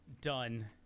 Done